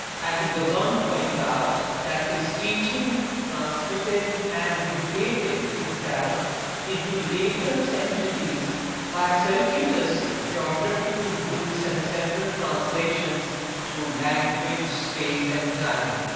and he goes on to point out that his teaching transmitted and mutated itself into later centuries by circuitous geographical routes and several translations through language, space and time.